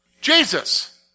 Jesus